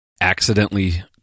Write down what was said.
accidentally